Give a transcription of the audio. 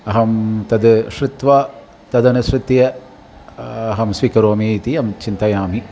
अहं तद् शृत्वा तदनुसृत्य अहं स्वीकरोमि इति अहं चिन्तयामि